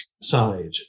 side